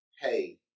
hey